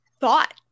thought